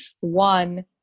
one